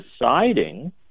deciding